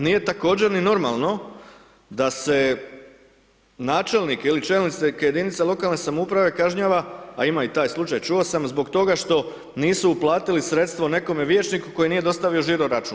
Nije također ni normalno da se načelnike ili čelnike jedinice lokalne samouprave kažnjava, a ima i taj slučaj, čuo sam zbog toga što nisu uplatili sredstvo nekome vijećniku koji nije dostavio žiroračun.